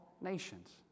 Nations